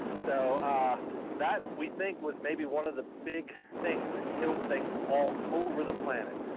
so ah that we think was maybe one of the big things that killed things all over the planet.